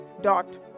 dot